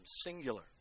singular